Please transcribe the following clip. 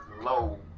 low